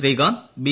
Srikanth B